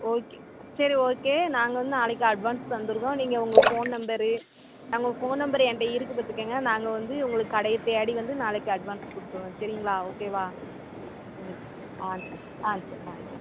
okay சரி okay நாங்கள் வந்து நாளைக்கு அட்வான்ஸ் தந்துருவோம் நீங்கள் உங்கள் ஃபோன் நம்பரு உங்கள் ஃபோன் நம்பரு ஏன்கிட்ட இருக்குது பார்த்துக்கங்க நாங்கள் வந்து உங்கள் கடையை தேடி வந்து நாளைக்கு அட்வான்ஸ் கொடுத்துருவோம் சரிங்களா ஓகேவா ஆ சேரி ஆ சேரி ஆ